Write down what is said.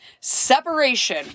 separation